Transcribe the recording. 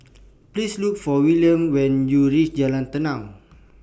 Please Look For Wilhelm when YOU REACH Jalan Tenang